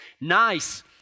Nice